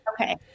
Okay